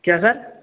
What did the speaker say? کیٛاہ سَر